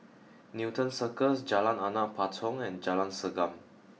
Newton Circus Jalan Anak Patong and Jalan Segam